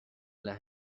las